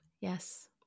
Yes